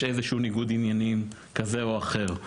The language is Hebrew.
איזה שהוא ניגוד עניינים כזה או אחר,